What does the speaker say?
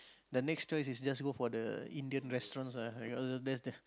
the next choice is just go for the Indian restaurants ah because that's the